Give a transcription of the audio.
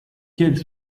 quels